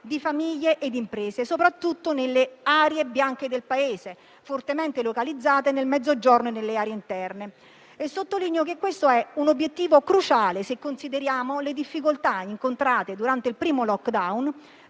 di famiglie e imprese, soprattutto nelle cosiddette aree bianche del Paese, fortemente localizzate nel Mezzogiorno e nelle zone interne. E sottolineo che questo è un obiettivo cruciale, se consideriamo le difficoltà incontrate durante il primo *lockdown*